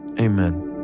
Amen